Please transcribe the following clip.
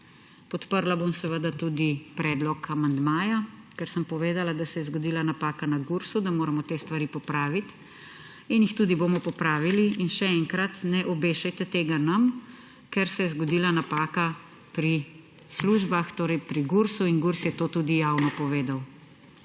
Podprla bom seveda tudi predlog amandmaja, ker sem povedala, da se je zgodila napaka na Gursu, da moramo te stvari popraviti in jih tudi bomo popravili. In še enkrat; ne obešajte tega nam, ker se je zgodila napaka pri službah, torej pri Gursu, in Gurs je to tudi javno povedal.